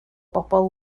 bobl